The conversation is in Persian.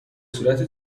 صورت